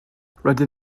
rydyn